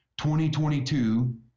2022